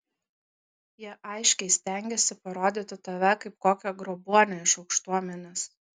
jie aiškiai stengiasi parodyti tave kaip kokią grobuonę iš aukštuomenės